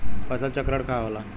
फसल चक्रण का होला?